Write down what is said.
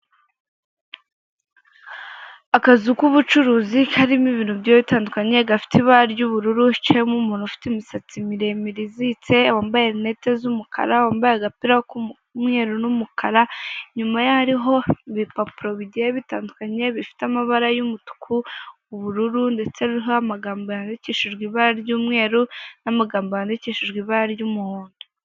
Akazu k'ubucuruzi karimo ibintu bijyiye bitandukanye gafite ibara ry'ubururu kicayemo umuntu ufite imisatsi miremire izitse wambaye lunette z'umukara, wambaye agapira k'umweruru n'umukara inyumaye hariho ibipapuro bijyiye bitandukanye bifite amabara y'umutuku, ubururu, ndetse ruriho amagambo yandikishijwe ibara ry'umweru n'amagambo yandikishijwe ibara ry'umuhondo.